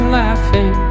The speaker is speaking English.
laughing